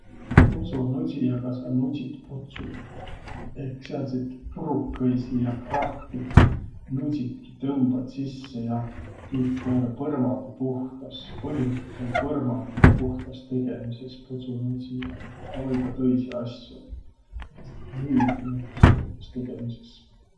Pudsunudsijaga sa nudsit putsu ehk sääntsit purukõisi ja prahti nudsit ja tõmbat sisse ja tiit põrmandu puhtas. Põhilidsõlt um põrmandidõ puhtastegemises pudsunudsija, a või ka tõisi asjo, müübli näütüses puhtastegemises.